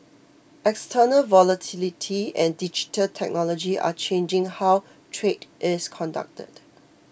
external volatility and digital technology are changing how trade is conducted